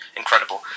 incredible